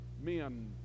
men